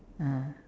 ah